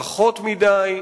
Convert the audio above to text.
פחות מדי,